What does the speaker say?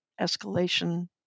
escalation